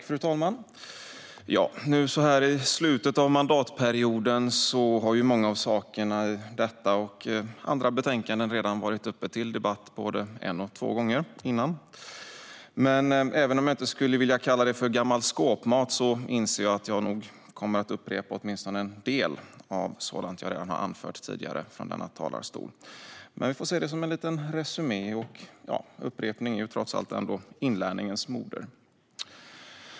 Fru talman! Så här i slutet av mandatperioden har många saker i detta och andra betänkanden redan varit uppe till debatt både en och två gånger tidigare. Även om jag inte skulle vilja kalla det för gammal skåpmat inser jag att jag nog kommer att upprepa åtminstone en del av sådant som jag har anfört tidigare från denna talarstol. Men vi får se det som en liten resumé, och upprepning är trots allt ändå inlärningens moder.